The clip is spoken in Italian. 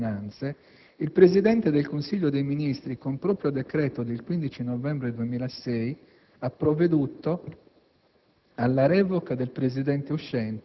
di concerto con il Ministro dell'economia e delle finanze, il Presidente del Consiglio dei ministri, con proprio decreto del 15 novembre 2006, ha provveduto